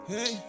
Hey